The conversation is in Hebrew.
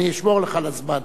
אני אשמור לך על הזמן,